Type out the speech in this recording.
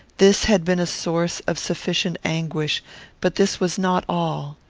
this had been a source of sufficient anguish but this was not all.